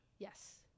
Yes